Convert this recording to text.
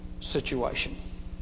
situation